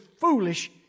foolish